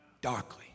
darkly